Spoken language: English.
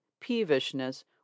peevishness